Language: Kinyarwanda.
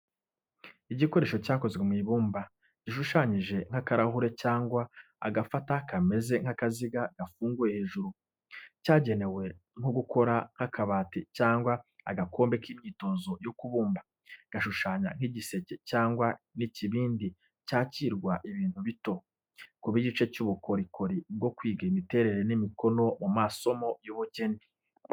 Igikoresho cyakozwe mu ibumba, gishushanyije nk'akarahure cyangwa agafata kameze nk’akaziga gafunguye hejuru. Cyagenewe nko gukora nk’akabati cyangwa agakombe k’imyitozo yo kubumba. Gushushanya nk'igiseke cyangwa ikibindi cyakirwa ibintu bito. Kuba igice cy’ubukorikori bwo kwiga imiterere n’imikono mu masomo y’ubugeni.